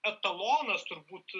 etalonas turbūt